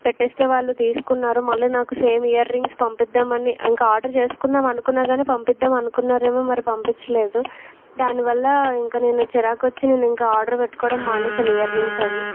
పెట్టేస్తే వాళ్ళు తీసుకున్నారు మళ్ళీ నాకు సేమ్ ఇయర్ రింగ్స్ పంపిద్దామని ఇంకా ఆర్డర్ చేసుకుందాం అనుకున్నా కాని పంపిద్దాం అనుకున్నారేమో మరి పంపించలేదు దానివల్ల ఇంకా నేను చిరాకు వచ్చి నేను ఇంకా ఆర్డర్ పెట్టుకోవడం మానేసాను ఇయర్ రింగ్స్ అవి